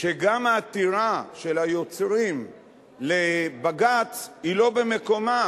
שגם העתירה של היוצרים לבג"ץ היא לא במקומה,